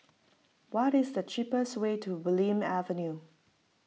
what is the cheapest way to Bulim Avenue